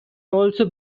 also